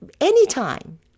anytime